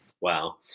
Wow